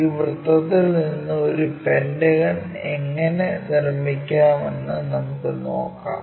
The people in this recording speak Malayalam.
ഈ വൃത്തത്തിൽ നിന്ന് ഒരു പെന്റഗൺ എങ്ങനെ നിർമ്മിക്കാമെന്ന് നമുക്ക് നോക്കാം